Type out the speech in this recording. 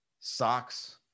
socks